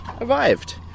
arrived